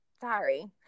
Sorry